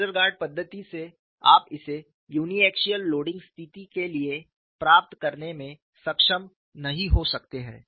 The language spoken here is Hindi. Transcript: वेस्टरगार्ड पद्धति से आप इसे यूनिएक्सियल लोडिंग स्थिति के लिए प्राप्त करने में सक्षम नहीं हो सकते हैं